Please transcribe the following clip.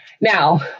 Now